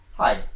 Hi